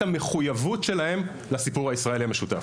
המחויבות שלהם לסיפור הישראלי המשותף.